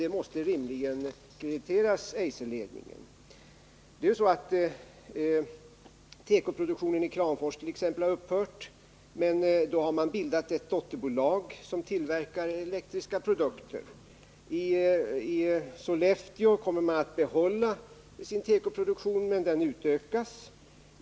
Detta måste rimligen krediteras Eiserledningen. Det är ju så att t.ex. tekoproduktionen i Kramfors har upphört. Men där har man bildat ett dotterbolag som tillverkar elektriska produkter. I Sollefteå kommer man att behålla sin tekoproduktion, och den ökas.